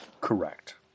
Correct